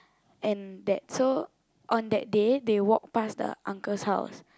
and that so on that day they walk past the uncle's house